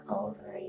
over